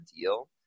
deal